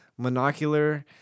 Monocular